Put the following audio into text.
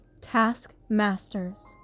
taskmasters